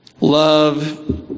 Love